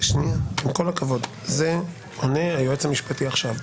עם כל הכבוד, היועץ המשפטי עונה עכשיו.